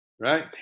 Right